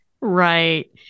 Right